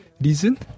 reason